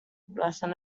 lesson